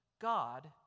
God